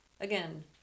Again